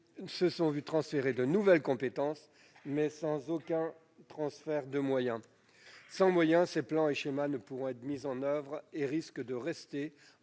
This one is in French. se sont vu transférer de nouvelles compétences, sans aucun transfert de moyens. Or, en l'absence de moyens, ces plans et schémas ne pourront être mis en oeuvre et risquent de rester,